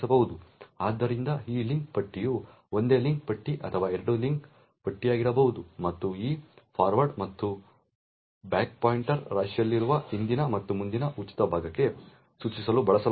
ಆದ್ದರಿಂದ ಈ ಲಿಂಕ್ ಪಟ್ಟಿಯು ಒಂದೇ ಲಿಂಕ್ ಪಟ್ಟಿ ಅಥವಾ ಎರಡು ಲಿಂಕ್ ಪಟ್ಟಿಯಾಗಿರಬಹುದು ಮತ್ತು ಈ ಫಾರ್ವರ್ಡ್ ಮತ್ತು ಬ್ಯಾಕ್ ಪಾಯಿಂಟರ್ಗಳನ್ನು ರಾಶಿಯಲ್ಲಿರುವ ಹಿಂದಿನ ಮತ್ತು ಮುಂದಿನ ಉಚಿತ ಭಾಗಕ್ಕೆ ಸೂಚಿಸಲು ಬಳಸಲಾಗುತ್ತದೆ